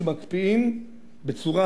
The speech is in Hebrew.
כשמקפיאים בצורה,